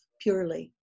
purely